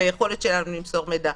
ביכולת שלנו למסור מידע.